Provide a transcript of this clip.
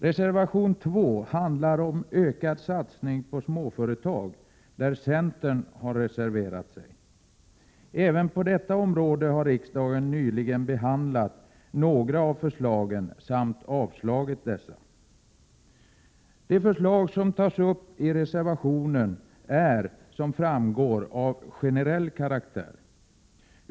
Reservation 2, från centern, handlar om ökad satsning på småföretag. Även när det gäller detta område har riksdagen nyligen behandlat några av förslagen samt avslagit dessa. De förslag som tas upp i reservationen är, som framgår, av generell karaktär.